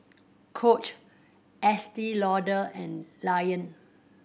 Coach Estee Lauder and Lion